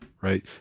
Right